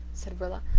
said rilla.